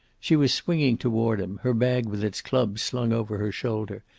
she was swinging toward him, her bag with its clubs slung over her shoulder,